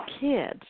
kids